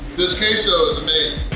this queso